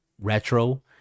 retro